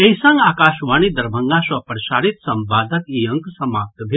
एहि संग आकाशवाणी दरभंगा सँ प्रसारित संवादक ई अंक समाप्त भेल